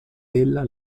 della